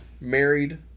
married